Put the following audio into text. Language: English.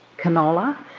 canola.